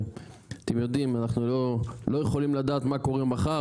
אתם יודעים אנחנו לא יכולים לדעת מה קורה מחר,